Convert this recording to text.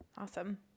Awesome